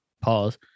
Pause